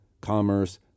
commerce